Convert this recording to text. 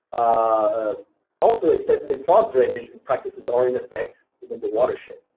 ah also extensive farm drainage and practices are in effect within the watershed.